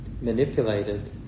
manipulated